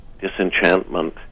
disenchantment